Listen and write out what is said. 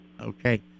Okay